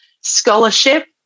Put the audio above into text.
scholarship